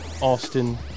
Austin